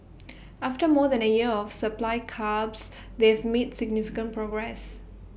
after more than A year of supply curbs they've made significant progress